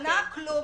השנה כלום.